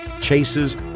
chases